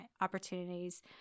opportunities